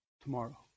tomorrow